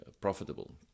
profitable